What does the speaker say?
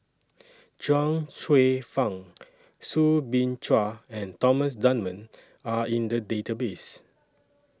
Chuang Hsueh Fang Soo Bin Chua and Thomas Dunman Are in The Database